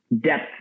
depth